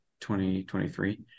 2023